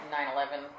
9-11